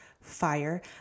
fire